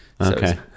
okay